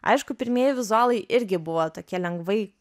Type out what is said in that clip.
aišku pirmieji vizualai irgi buvo tokie lengvai